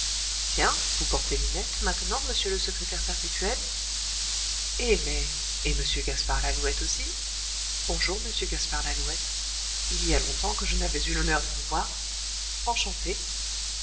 tiens vous portez lunettes maintenant monsieur le secrétaire perpétuel eh mais et m gaspard lalouette aussi bonjour monsieur gaspard lalouette il y a longtemps que je n'avais eu l'honneur de vous voir enchanté